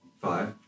five